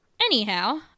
Anyhow